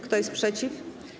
Kto jest przeciw?